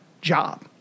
job